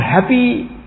happy